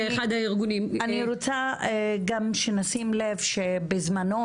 אני רוצה גם שנשים לב שבזמנו,